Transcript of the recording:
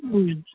अँ